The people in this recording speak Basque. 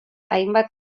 hainbat